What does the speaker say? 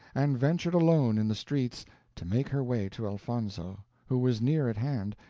and ventured alone in the streets to make her way to elfonzo, who was near at hand,